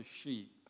sheep